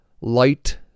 light